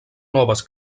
noves